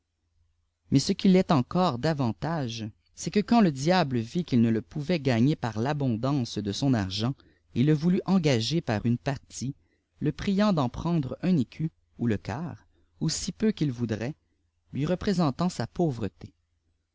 mais ce jui test encore davantage c'est cpie quand le diable vit qu'il ne le pouvait gagner par l'abondance de son argent il le voulut engager par une partie le priant d'en prendre un écu ou le quart ou si peu qu'il voudrait lui représentant sa pauvreté